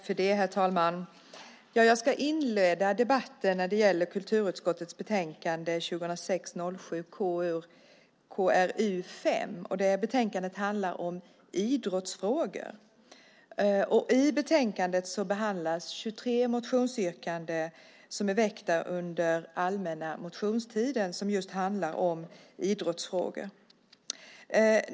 Herr talman! Jag ska inleda debatten om kulturutskottets betänkande 2006/07:KrU5. Betänkandet handlar om idrottsfrågor. I betänkandet behandlas 23 motionsyrkanden om idrottsfrågor som är väckta under den allmänna motionstiden.